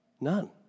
None